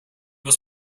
was